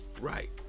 right